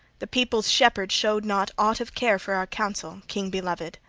the people's-shepherd showed not aught of care for our counsel, king beloved!